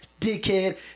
dickhead